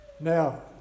Now